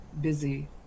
busy